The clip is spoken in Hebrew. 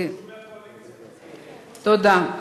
תודה.